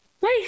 Wait